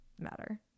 matter